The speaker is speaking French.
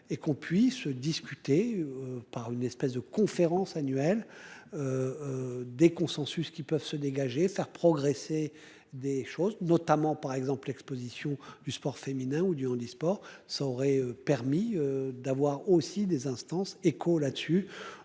et qu'on puisse discuter par une espèce de conférence annuelle. Des consensus qui peuvent se dégager faire progresser des choses notamment par exemple l'Exposition du sport féminin ou du handisport ça aurait permis d'avoir aussi des instances. Dessus,